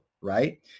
right